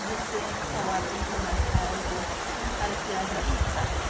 جس سے خواتین کے مسائل کو حل کیا جا سکتا ہے